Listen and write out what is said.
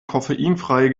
koffeinfreie